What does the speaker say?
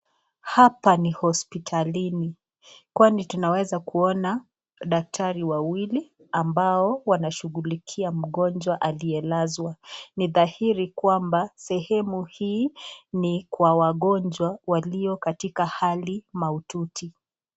Hapa ni hospitalini kwani tunaeza kuona daktari wawili, ambao wanashugulikia mgonjwa alielazwa nidhahiri kwamba sehemu hii kwa wagonjwa walio katika hali maututi.